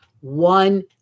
one